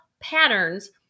patterns